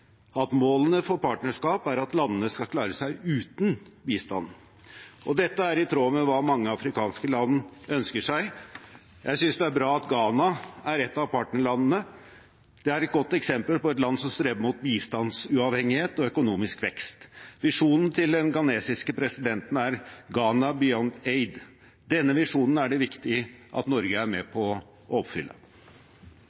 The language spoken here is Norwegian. at målene for partnerskap er at landene skal klare seg uten bistand. Dette er i tråd med hva mange afrikanske land ønsker seg. Jeg synes det er bra at Ghana er et av partnerlandene. Det er et godt eksempel på et land som streber mot bistandsuavhengighet og økonomisk vekst. Visjonen til den ghanesiske presidenten er: Ghana beyond aid. Denne visjonen er det viktig at Norge er med